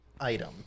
item